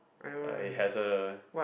I has a